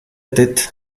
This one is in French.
tête